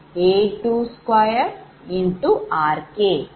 பெற்றேன்